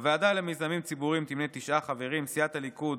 הוועדה למיזמים ציבוריים תמנה תשעה חברים: סיעת הליכוד,